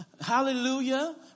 hallelujah